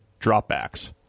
dropbacks